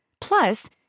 Plus